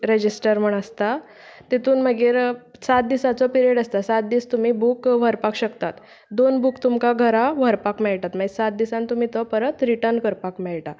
register म्हूण आसता तातूंत मागीर सात दिसाचो पिरेड आसता सात दीस तुमी बूक व्हरपाक शकतात दोन बूक तुमकां घरा व्हरपाक मेळटात मागीर सात दिसान तुमी तो परत रिटर्न करपाक मेळटा